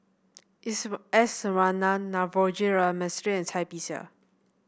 S Iswaran Navroji R Mistri and Cai Bixia